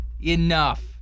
enough